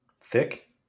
thick